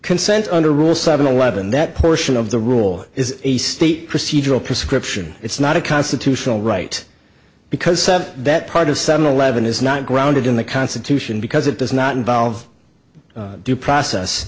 consent under rule seven eleven that portion of the rule is a state procedural prescription it's not a constitutional right because that part of seven eleven is not grounded in the constitution because it does not involve due process